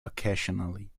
occasionally